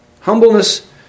Humbleness